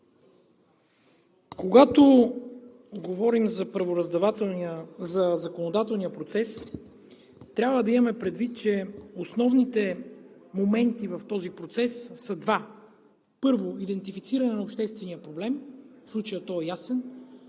Когато говорим за законодателния процес, трябва да имаме предвид, че основните моменти в този процес са два. Първо, идентифициране на обществения проблем – в случая той е ясен